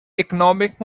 economic